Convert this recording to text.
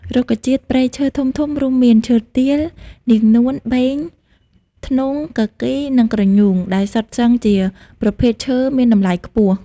រុក្ខជាតិព្រៃឈើធំៗ រួមមាន ឈើទាល នាងនួន បេង ធ្នង់ គគីរ និងក្រញូង ដែលសុទ្ធសឹងជាប្រភេទឈើមានតម្លៃខ្ពស់។